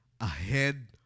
ahead